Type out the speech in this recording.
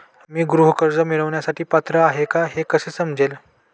मी गृह कर्ज मिळवण्यासाठी पात्र आहे का हे कसे समजेल?